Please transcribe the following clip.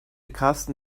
karsten